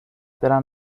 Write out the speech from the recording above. برم